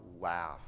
laugh